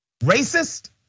racist